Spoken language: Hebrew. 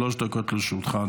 שלוש דקות לרשותך,